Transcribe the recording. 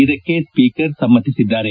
ಇದಕ್ಕೆ ಸ್ವೀಕರ್ ಸಮ್ನತಿಸಿದ್ದಾರೆ